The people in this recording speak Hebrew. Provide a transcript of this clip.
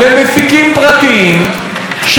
שראש וראשון בהם,